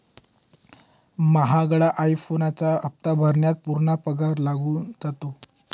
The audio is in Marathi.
महागडा आई फोनचा हप्ता भरण्यात पूर्ण पगार लागून जातो